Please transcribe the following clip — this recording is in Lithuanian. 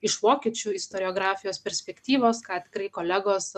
iš vokiečių istoriografijos perspektyvos ką tikrai kolegos